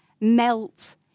melt